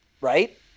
right